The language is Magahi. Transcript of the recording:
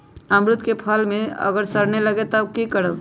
अमरुद क फल म अगर सरने लगे तब की करब?